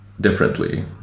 differently